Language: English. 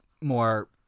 more